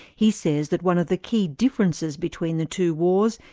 he says that one of the key differences between the two wars,